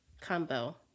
combo